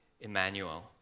Emmanuel